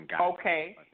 Okay